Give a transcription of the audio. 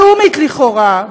הלאומית-לכאורה,